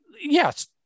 yes